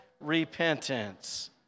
repentance